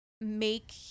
make